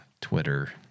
Twitter